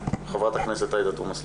חברת הכנסת עאידה תומא סלימאן.